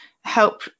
help